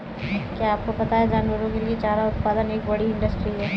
क्या आपको पता है जानवरों के लिए चारा उत्पादन एक बड़ी इंडस्ट्री है?